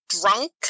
drunk